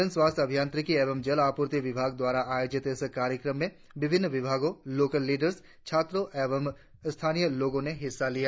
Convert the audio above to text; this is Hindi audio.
जन स्वास्थ अभियत्रिकी एवं जल आपूर्ति विभाग द्वारा आयोजित इस कार्यक्रम में विभिन्न विभागों लोकल लीडर्स छात्रों और स्थानीय लोगों ने हिस्सा लिया